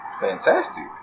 fantastic